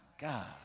God